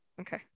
okay